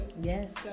Yes